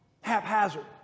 haphazard